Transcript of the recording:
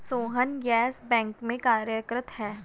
Sohan Yes Bank में कार्यरत है